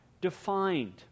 defined